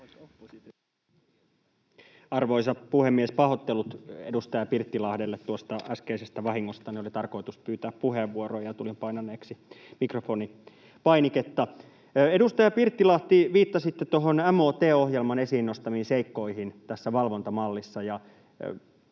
Arvoisa puhemies! Pahoittelut edustaja Pirttilahdelle tuosta äskeisestä vahingostani. Oli tarkoitus pyytää puheenvuoro, ja tulin painaneeksi mikrofonipainiketta. — Edustaja Pirttilahti, viittasitte MOT-ohjelman esiin nostamiin seikkoihin tässä valvontamallissa.